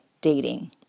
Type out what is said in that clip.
dating